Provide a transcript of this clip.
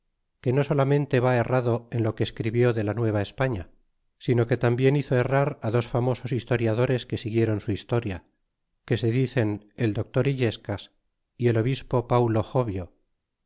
que no solamente va errado en lo que escribió de la nueva españa sino que tambien hizo errar á dos famosos historiadores que siguiéron su historia que se dicen el doctor illescas y el obispo paulo jobio